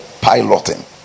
piloting